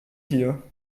hier